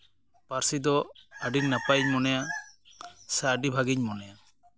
ᱯᱟᱹᱨᱥᱤ ᱫᱚ ᱟᱹᱰᱤ ᱱᱟᱯᱟᱭᱤᱧ ᱢᱚᱱᱮᱭᱟ ᱥᱮ ᱟᱹᱰᱤ ᱵᱷᱟᱹᱜᱤᱧ ᱢᱚᱱᱮᱭᱟ